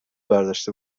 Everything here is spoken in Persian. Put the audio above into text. برداشته